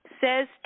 says